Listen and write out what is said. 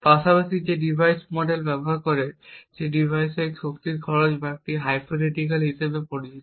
পাশাপাশি সে device model ব্যবহার করে যে ডিভাইসের শক্তি খরচ যা একটি হাইপোথেটিকাল হিসাবে পরিচিত